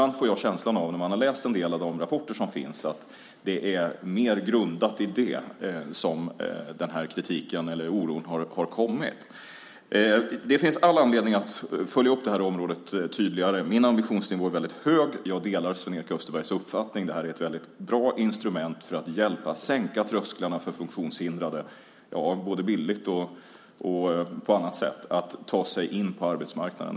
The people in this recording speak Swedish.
När jag läser en del av de rapporter som har kommit får jag ibland intrycket att oron och kritiken mest har handlat om det. Det finns all anledning att följa upp detta tydligare. Min ambitionsnivå är väldigt hög, och jag delar Sven-Erik Österbergs uppfattning att detta är ett bra instrument för att hjälpa till att sänka trösklarna för att funktionshindrade - både bildligt och på annat sätt - ska kunna ta sig in på arbetsmarknaden.